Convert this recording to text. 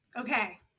Okay